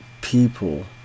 People